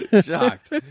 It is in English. Shocked